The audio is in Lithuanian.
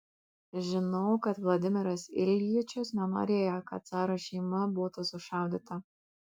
žinau kad vladimiras iljičius nenorėjo kad caro šeima būtų sušaudyta